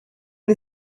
the